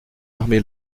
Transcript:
armer